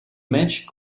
match